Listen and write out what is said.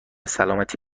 سلامتی